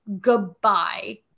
goodbye